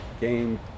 game